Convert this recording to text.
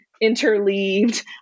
interleaved